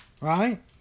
right